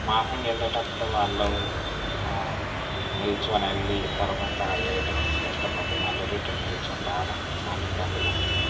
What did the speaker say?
morning వెళ్ళేటప్పుడు వాళ్ళు నిల్చుని వెళ్ళి తర్వాత ఎయిట్ అవర్స్ కష్టపడి మళ్ళీ రిటర్న్ నిల్చుని రావడానికి చాలా ఇబ్బందిగా ఉంటుంది